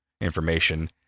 information